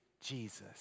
Jesus